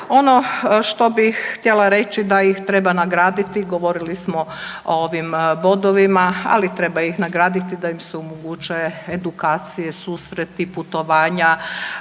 Ono što bih htjela reći da ih treba nagraditi, govorili smo o ovim bodovima, ali treba ih nagraditi da im se omogućuje edukacije, susreti, putovanja